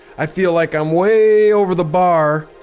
i feel like i'm way over the bar.